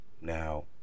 Now